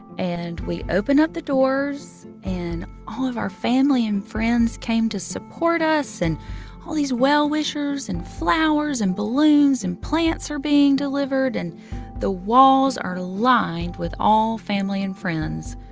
and we open up the doors, and all of our family and friends came to support us. and all these well-wishers and flowers and balloons and plants are being delivered. and the walls are lined with all family and friends.